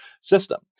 system